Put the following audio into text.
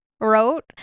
wrote